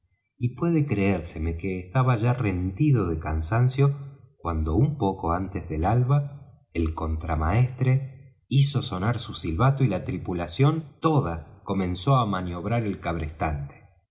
y puede creérseme que estaba ya rendido de cansancio cuando un poco antes del alba el contramaestre hizo sonar su silbato y la tripulación toda comenzó á maniobrar al